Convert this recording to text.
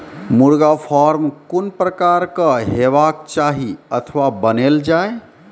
मुर्गा फार्म कून प्रकारक हेवाक चाही अथवा बनेल जाये?